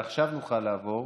עכשיו נוכל לעבור